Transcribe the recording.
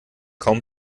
kaum